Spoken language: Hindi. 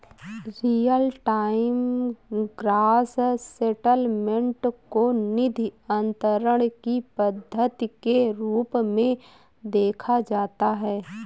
रीयल टाइम ग्रॉस सेटलमेंट को निधि अंतरण की पद्धति के रूप में देखा जाता है